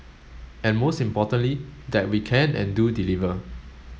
and most importantly that we can and do deliver